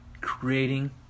Creating